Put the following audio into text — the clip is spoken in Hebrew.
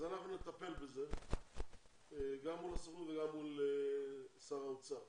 אז אנחנו נטפל בזה גם מול הסוכנות וגם מול שר האוצר